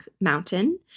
Mountain